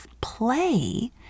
play